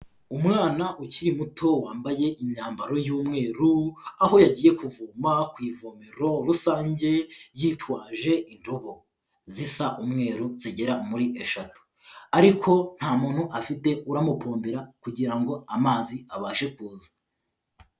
Umwana ukiri muto wambaye imyambaro y'umweru aho yagiye kuvoma ku ivomero rusange yitwaje indobo zisa umweru zigera muri eshatu. Ariko nta muntu afite uramupombera kugira ngo amazi abashe kuza.